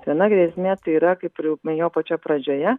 viena grėsmė tai yra kaip ir jau minėjau pačioj pradžioje